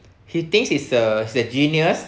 he thinks he's a he's a genius